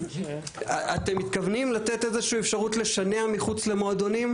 אתם מתכוונים לתת איזושהי אפשרות לשנע מחוץ למועדונים?